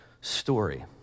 story